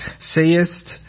Sayest